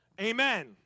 Amen